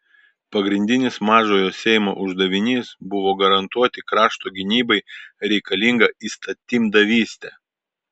pagrindinis mažojo seimo uždavinys buvo garantuoti krašto gynybai reikalingą įstatymdavystę